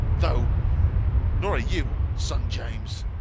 though nor are you, son james,